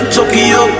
Tokyo